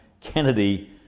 Kennedy